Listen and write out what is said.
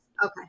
okay